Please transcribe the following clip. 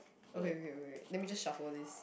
okay okay wait let me just shuffle this